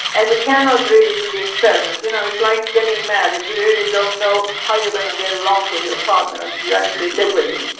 and we cannot really do the experiment. you know, it's like getting married, you really don't know how you're going to get along with your partner until you actually live with them.